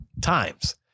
times